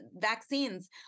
vaccines